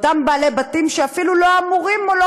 לאותם בעלי בתים שאפילו לא אמורים או לא